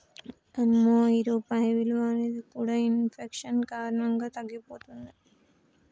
అమ్మో ఈ రూపాయి విలువ అనేది కూడా ఇన్ఫెక్షన్ కారణంగా తగ్గిపోతుంది